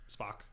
Spock